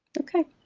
okay.